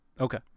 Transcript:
Okay